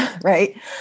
right